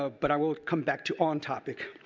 ah but i will come back to on topic.